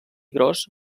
gros